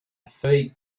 feuilles